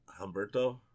Humberto